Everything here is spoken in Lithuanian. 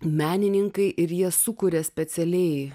menininkai ir jie sukuria specialiai